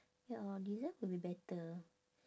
ya design will be better